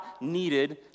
needed